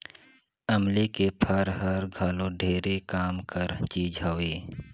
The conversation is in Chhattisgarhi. अमली के फर हर घलो ढेरे काम कर चीज हवे